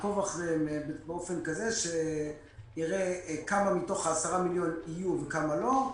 נעקוב אחריהם באופן כזה שיראה כמה מתוך ה-10 מיליון יהיו וכמה לא.